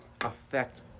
affect